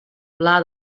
pla